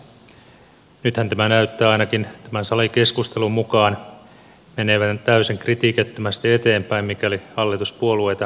nythän tämä näyttää ainakin tämän salikeskustelun mukaan menevän täysin kritiikittömästi eteenpäin mikäli hallituspuolueita kuuntelee